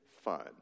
fun